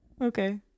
Okay